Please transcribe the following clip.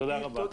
תודה רבה.